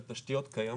של תשתיות קיימות